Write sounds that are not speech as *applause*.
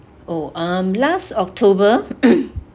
oh um last october *coughs*